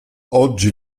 oggi